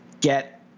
get